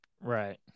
right